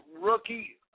rookie